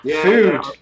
food